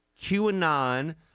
QAnon